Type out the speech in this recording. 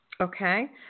okay